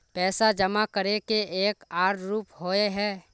पैसा जमा करे के एक आर रूप होय है?